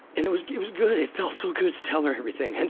and it was it was good. it felt so good to tell her everything.